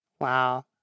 Wow